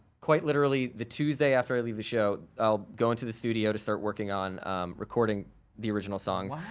quite literally the tuesday after i leave the show, i'll go into the studio to start working on recording the original songs.